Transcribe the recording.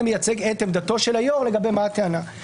מייצג את עמדתו של היושב-ראש לגבי הטענה.